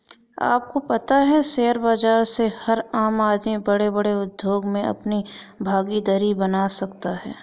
आपको पता है शेयर बाज़ार से हर आम आदमी बडे़ बडे़ उद्योग मे अपनी भागिदारी बना सकता है?